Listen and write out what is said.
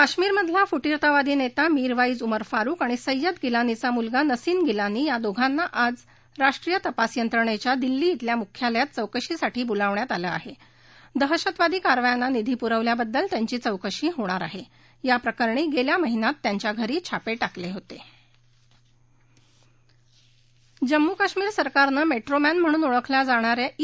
काश्मीर मधला फुटीरतावादी नत्ती मीरवाईज उमर फारुक आणि सय्यद गिलानीचा मुलगा नसीन गिलानी या दोघांना आज राष्ट्रीय तपास यंत्रणखी दिल्ली खेल्या मुख्यालयात चौकशीसाठी बोलावण्यात आलं आह व्रेहशतवादी कारवायांना निधी पुरवल्याबद्दल त्यांची चौकशी होणार आह ग्रकरणी गल्खा महिन्यात त्यांच्या घरी छापट्रिकल हित जम्मू कश्मीर सरकारनं मट्रीमॅन म्हणून ओळखल्या जाणा या ई